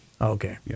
Okay